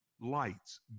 lights